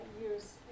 years